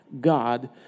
God